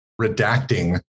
redacting